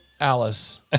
Alice